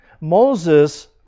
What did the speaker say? Moses